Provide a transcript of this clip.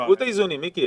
עשו את האיזונים, מיקי.